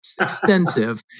extensive